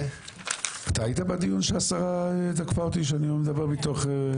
אתה היית בדיון שהשרה תקפה אותי שאני מדבר מתוך?